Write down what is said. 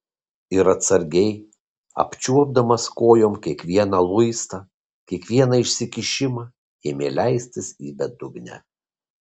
ir atsargiai apčiuopdamas kojom kiekvieną luistą kiekvieną išsikišimą ėmė leistis į bedugnę